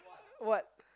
what